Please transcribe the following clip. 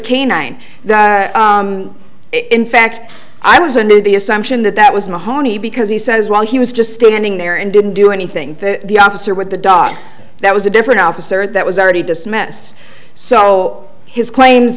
canine that in fact i was under the assumption that that was a horny because he says while he was just standing there and didn't do anything that the officer with the dog that was a different officer that was already dismissed so his claims